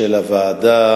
של הוועדה